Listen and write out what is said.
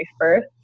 first